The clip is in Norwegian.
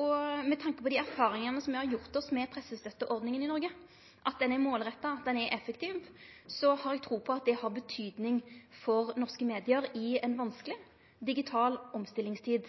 og med tanke på dei erfaringane me har gjort oss med pressestøtteordninga i Noreg – at ho er målretta, at ho er effektiv – har eg tru på at det har betydning for norske medium i ei vanskeleg digital omstillingstid.